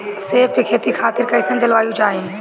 सेब के खेती खातिर कइसन जलवायु चाही?